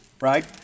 right